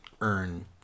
earn